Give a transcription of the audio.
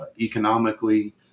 economically